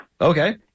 Okay